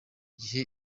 gihe